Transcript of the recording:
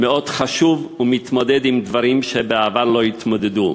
"מאוד חשוב ומתמודד עם דברים שבעבר לא התמודדו",